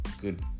good